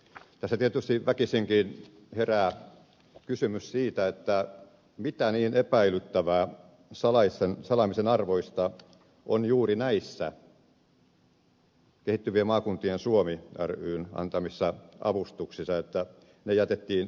tässä tietysti väkisinkin herää kysymys siitä mitä niin epäilyttävää salaamisen arvoista on juuri näissä kehittyvien maakuntien suomi ryn antamissa avustuksissa että ne jätettiin ilmoittamatta